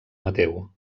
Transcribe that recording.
mateu